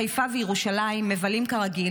חיפה וירושלים מבלים כרגיל,